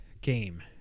Game